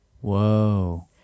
Whoa